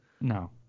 no